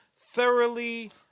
thoroughly